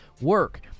work